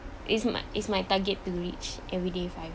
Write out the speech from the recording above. is my is my target to reach every day five